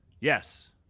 yes